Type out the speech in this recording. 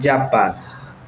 Japan